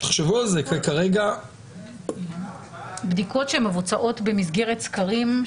תחשבו על זה כי כרגע -- בדיקות שמבוצעות במסגרת סגרים,